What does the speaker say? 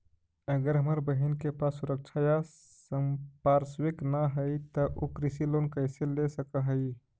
अगर हमर बहिन के पास सुरक्षा या संपार्श्विक ना हई त उ कृषि लोन कईसे ले सक हई?